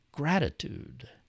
gratitude